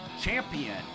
champion